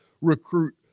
recruit